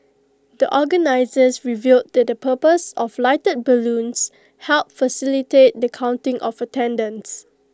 the organisers revealed that the purpose of the lighted balloons helped facilitate the counting of attendance